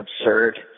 absurd